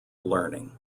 learning